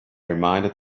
reminded